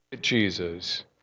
Jesus